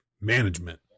management